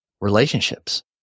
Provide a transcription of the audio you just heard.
Relationships